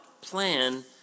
plan